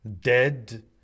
Dead